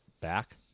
back